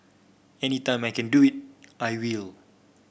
any time I can do it I will